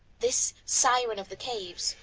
this siren of the caves,